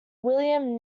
william